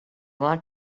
want